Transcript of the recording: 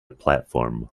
platform